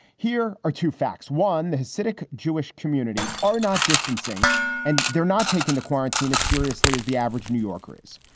here are two facts. one hasidic jewish community are not distancing and they're not taking the quarantine as seriously as the average new yorker is.